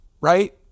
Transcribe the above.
right